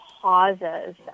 pauses